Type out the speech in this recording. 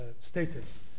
status